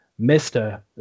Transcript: Mr